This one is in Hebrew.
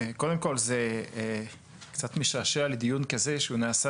קודם כל זה קצת משעשע לדיון כזה שהוא נעשה